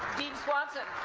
dean swanson